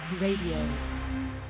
Radio